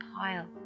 pile